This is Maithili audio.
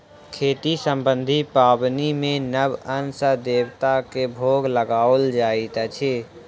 खेती सम्बन्धी पाबनि मे नव अन्न सॅ देवता के भोग लगाओल जाइत अछि